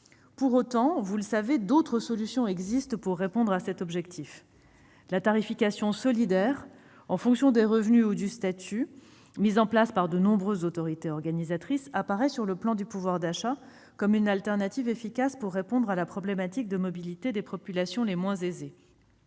Pour autant, vous le savez, d'autres solutions existent pour atteindre cet objectif. La tarification solidaire en fonction des revenus ou du statut, mise en place par de nombreuses autorités organisatrices, apparaît, en termes de pouvoir d'achat, comme une alternative efficace pour répondre à la problématique de mobilité des populations les moins aisées.